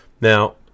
Now